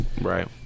Right